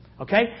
Okay